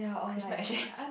Christmas exchange